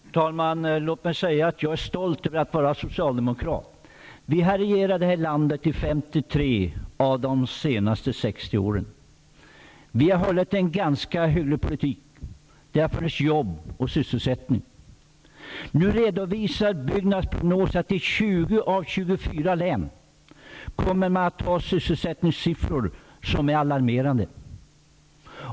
Fru talman! Låt mig säga att jag är stolt över att vara socialdemokrat. Vi har regerat det här landet i 53 av de senaste 60 åren. Vi har fört en ganska hygglig politik -- det har funnits jobb och sysselsättning. Nu redovisas det i byggnadsprognoser att man i 20 av 24 län kommer att ha sysselsättningssiffror som är alarmerande.